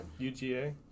UGA